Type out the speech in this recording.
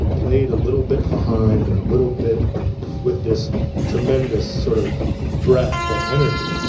played a little bit behind and a little bit with this tremendous sort of breath and energy,